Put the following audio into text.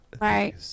right